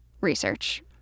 research